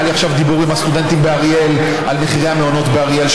היה לי עכשיו דיבור עם הסטודנטים באריאל על מחירי המעונות באריאל,